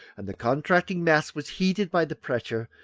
and the contracting mass was heated by the pressure,